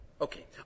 Okay